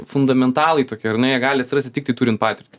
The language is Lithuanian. fundamentalai tokie ar ne jie gali atisrasti tiktai turint patirtį